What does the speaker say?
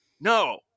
no